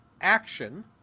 action